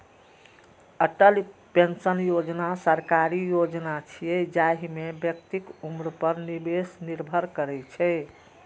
Atal pension Yojana सरकारी योजना छियै, जाहि मे व्यक्तिक उम्र पर निवेश निर्भर करै छै